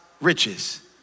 riches